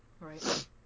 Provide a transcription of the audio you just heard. Right